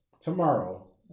tomorrow